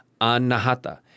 Anahata